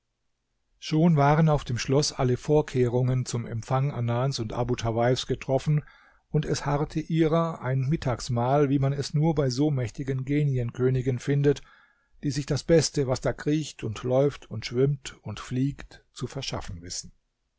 schon waren auf dem schloß alle vorkehrungen zum empfang anans und abu tawaifs getroffen und es harrte ihrer ein mittagsmahl wie man es nur bei so mächtigen genienkönigen findet die sich das beste was da kriecht und läuft und schwimmt und fliegt zu verschaffen wissen